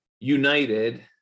United